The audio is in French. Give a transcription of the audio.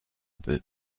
peu